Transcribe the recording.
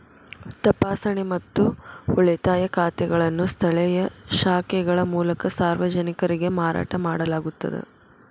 ತಪಾಸಣೆ ಮತ್ತು ಉಳಿತಾಯ ಖಾತೆಗಳನ್ನು ಸ್ಥಳೇಯ ಶಾಖೆಗಳ ಮೂಲಕ ಸಾರ್ವಜನಿಕರಿಗೆ ಮಾರಾಟ ಮಾಡಲಾಗುತ್ತದ